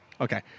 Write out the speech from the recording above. Okay